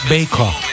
Baker